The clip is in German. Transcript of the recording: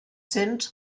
sind